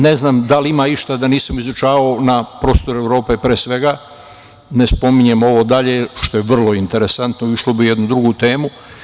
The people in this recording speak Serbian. Ne znam da li ima išta, a da nisam izučavao na prostoru Evrope, pre svega, ne spominjemo ovo dalje, što je vrlo interesantno, ušlo bi u jednu drugu temu.